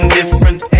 different